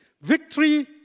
Victory